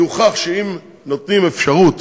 כי הוכח שאם נותנים אפשרות,